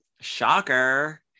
Shocker